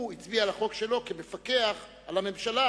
הוא הצביע על החוק שלו כמפקח על הממשלה,